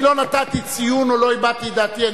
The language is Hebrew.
אני לא נתתי ציון או לא הבעתי את דעתי.